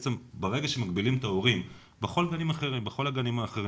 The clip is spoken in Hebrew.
בעצם ברגע שמגבילים את ההורים בכל הגנים האחרים,